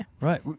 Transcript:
Right